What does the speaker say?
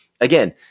again